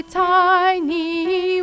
tiny